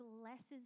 blesses